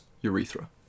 urethra